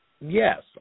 yes